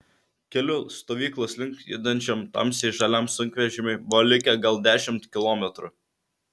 keliu stovyklos link judančiam tamsiai žaliam sunkvežimiui buvo likę gal dešimt kilometrų